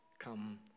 come